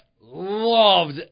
Loved